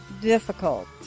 difficult